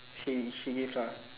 she she is lah